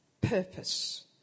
purpose